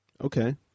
Okay